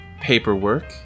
paperwork